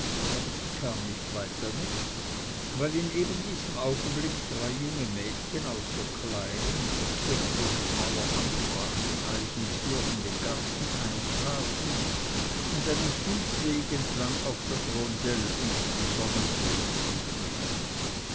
aber sie kam nicht weit damit weil in ebendiesem augenblick drei junge mädchen aus der kleinen in der kirchhofsmauer angebrachten eisentür in den garten eintraten und einen kiesweg entlang auf das rondell und die sonnenuhr zuschritten